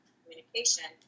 communication